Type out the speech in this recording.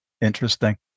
interesting